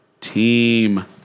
team